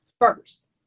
first